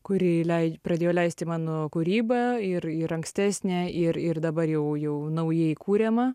kuri lei pradėjo leisti mano kūrybą ir ir ankstesnė ir ir dabar jau jau naujai kuriamą